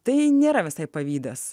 tai nėra visai pavydas